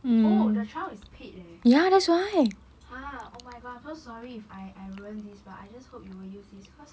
oh the trial is paid leh !huh! oh my god I'm so sorry if I I ruin this but I just hope you will use this because